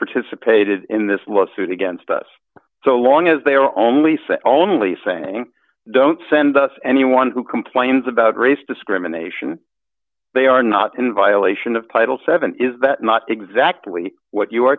participated in this lawsuit against us so long as they are only sent only saying don't send us anyone who complains about race discrimination they are not in violation of title seven is that not exactly what you